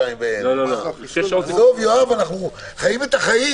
ושוהה בבידוד במקום מעצר או בבית סוהר